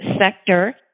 sector